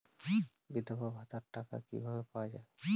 বিধবা ভাতার টাকা কিভাবে পাওয়া যাবে?